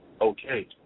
okay